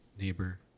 neighbor